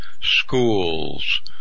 schools